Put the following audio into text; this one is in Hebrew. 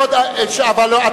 שילמד להקשיב.